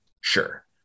sure